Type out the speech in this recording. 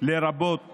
לרבות